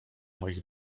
moich